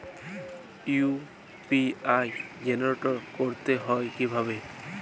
UPI generate করতে হয় কিভাবে?